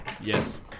Yes